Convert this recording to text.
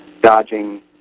dodging